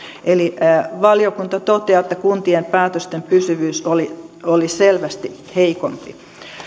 eli valiokunta toteaa että kuntien päätösten pysyvyys oli selvästi heikompi